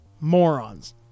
morons